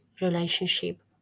relationship